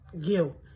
guilt